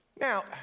Now